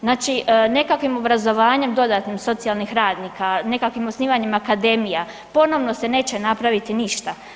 Znači nekakvim obrazovanjem dodatnim socijalnih radnika, nekakvim osnivanjem akademija ponovno se neće napraviti ništa.